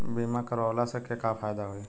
बीमा करवला से का फायदा होयी?